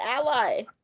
ally